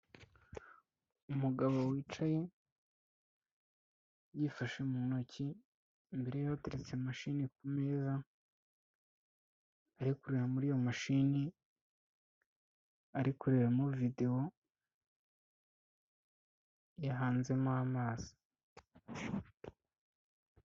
Umugabo wicaye yifashe mu ntoki imbere bateretse imashini ku meza arekureba muri iyo mashini ari kurebamo videwo yahanzemo amaso.